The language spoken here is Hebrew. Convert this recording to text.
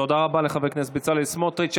תודה רבה לחבר הכנסת בצלאל סמוטריץ'.